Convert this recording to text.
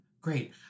Great